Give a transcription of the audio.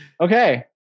Okay